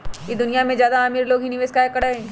ई दुनिया में ज्यादा अमीर लोग ही निवेस काहे करई?